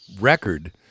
record